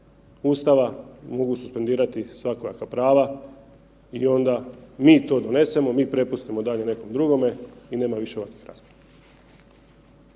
Ustava mogu suspendirati svakojaka prava i onda mi to donesemo, mi prepustimo dalje nekom drugome i nema više ovakvih rasprava.